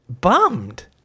bummed